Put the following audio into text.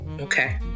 okay